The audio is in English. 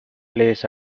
plays